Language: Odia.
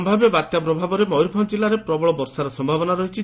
ସ୍ୟାବ୍ୟ ବାତ୍ୟା ପ୍ରଭାବରେ ମୟରଭଞ୍ ଜିଲ୍ଲାରେ ପ୍ରବଳ ବର୍ଷାର ସମ୍ଭାବନା ରହିଛି